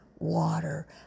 Water